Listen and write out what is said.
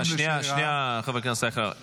שנייה, שנייה, חבר הכנסת אייכלר.